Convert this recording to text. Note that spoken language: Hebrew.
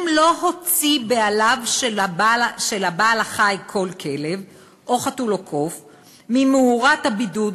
אם לא הוציא בעליו של בעל-החיים כל כלב או חתול או קוף ממאורת הבידוד,